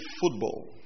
football